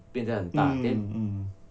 hmm hmm